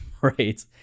right